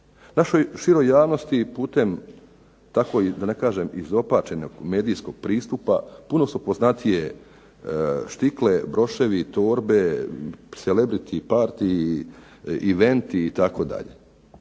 Našoj široj javnosti putem tako i da ne kažem izopačenog medijskog pristupa puno su poznatije štikle, broševi, torbe, celebry partyji, eventi itd.